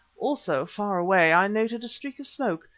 also, far away, i noted a streak of smoke,